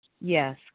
Yes